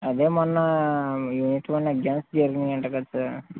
అదే మొన్న unit one exams జరిగినాయి అంట కదా సార్